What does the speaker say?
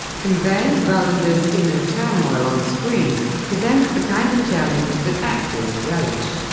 conveying wallander's inner turmoil on screen presents the kind of challenge that actors relish.